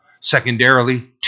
Secondarily